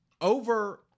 over